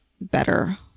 better